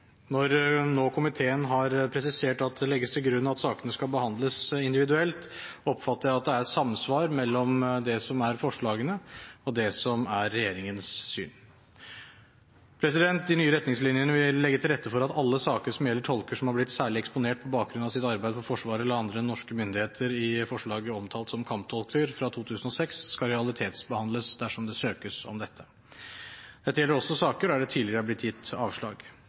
Når nå komiteen har presisert at det legges til grunn at sakene skal behandles individuelt, oppfatter jeg at det er samsvar mellom det som er forslagene, og det som er regjeringens syn. De nye retningslinjene vil legge til rette for at alle saker som gjelder tolker som har blitt særlig eksponert på bakgrunn av sitt arbeid for Forsvaret eller andre norske myndigheter – i forslaget omtalt som kamptolker – fra 2006, skal realitetsbehandles dersom det søkes om dette. Dette gjelder også saker der det tidligere er blitt gitt avslag.